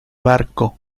barco